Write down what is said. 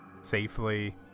safely